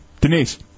Denise